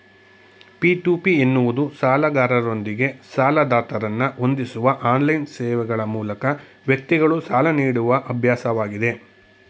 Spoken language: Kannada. ಪಿ.ಟು.ಪಿ ಎನ್ನುವುದು ಸಾಲಗಾರರೊಂದಿಗೆ ಸಾಲದಾತರನ್ನ ಹೊಂದಿಸುವ ಆನ್ಲೈನ್ ಸೇವೆಗ್ಳ ಮೂಲಕ ವ್ಯಕ್ತಿಗಳು ಸಾಲ ನೀಡುವ ಅಭ್ಯಾಸವಾಗಿದೆ